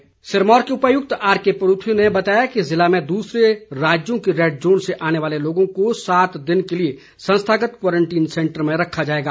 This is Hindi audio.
परूथी सिरमौर के उपायुक्त आरकेपरूथी ने बताया कि जिले में दूसरे राज्यों के रैड जोन से आने वाले लोगों को सात दिनों के लिए संस्थागत क्वारंटीन सैंटर में रखा जाएगा